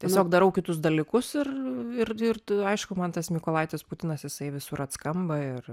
tiesiog darau kitus dalykus ir ir ir aišku man tas mykolaitis putinas jisai visur atskamba ir